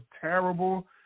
terrible